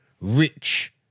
rich